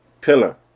pillar